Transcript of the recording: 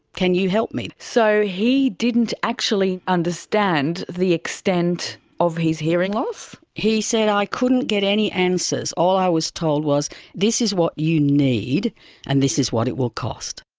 can you help me? so he didn't actually understand the extent of his hearing loss? he said, i couldn't get any answers. all i was told was this is what you need and this is what it will cost.